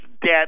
debt